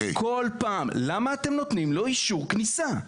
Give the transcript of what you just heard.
למה בכל פעם אתם נותנים לו אישור כניסה?